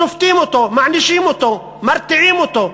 שופטים אותו, מענישים אותו, מרתיעים אותו,